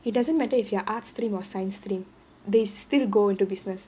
it doesn't matter if you are arts stream or science stream they still go into business